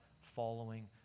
following